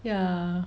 ya